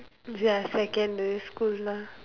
ya secondary school lah